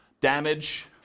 Damage